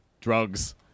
drugs